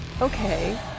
Okay